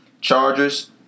Chargers